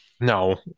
No